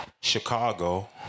Chicago